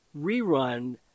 rerun